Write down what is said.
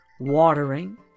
watering